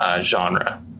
genre